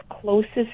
closest